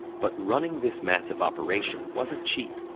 but running this massive operation wasn't cheap.